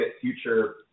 future